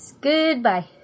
Goodbye